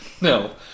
no